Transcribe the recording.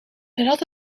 nadat